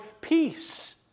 peace